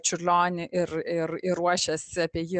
čiurlionį ir ir ir ruošėsi apie jį